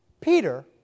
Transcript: Peter